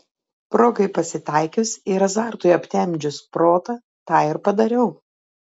progai pasitaikius ir azartui aptemdžius protą tą ir padariau